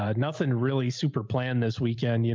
ah nothing really super planned this weekend. you